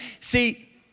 See